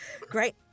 Great